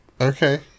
Okay